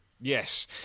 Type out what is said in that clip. Yes